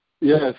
Yes